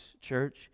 church